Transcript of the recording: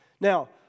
Now